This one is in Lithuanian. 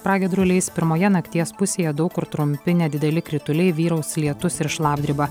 pragiedruliais pirmoje nakties pusėje daug kur trumpi nedideli krituliai vyraus lietus ir šlapdriba